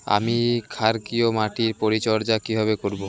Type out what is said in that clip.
আমি ক্ষারকীয় মাটির পরিচর্যা কিভাবে করব?